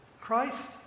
Christ